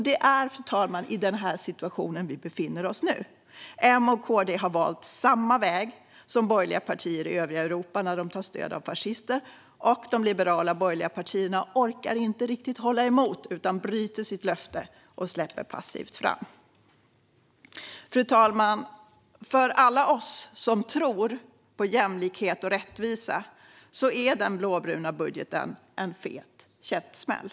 Det är den situationen vi befinner oss i nu, fru talman. M och KD har valt samma väg som borgerliga partier i övriga Europa när de tar stöd av fascister, och de liberala borgerliga partierna orkar inte riktigt hålla emot utan bryter sitt löfte och släpper passivt fram dem. Fru talman! För alla oss som tror på jämlikhet och rättvisa är den blåbruna budgeten en fet käftsmäll.